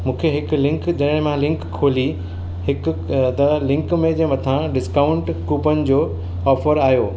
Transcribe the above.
मूंखे हिकु लिंक जॾहिं मां लिंक खोली हिकु त लिंक में जंहिं मथां डिस्काउंट कूपन जो ऑफर आहियो